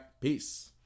Peace